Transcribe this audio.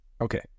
okay